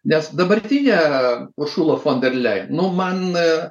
nes dabartinėje ušulofoberle numana